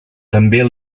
també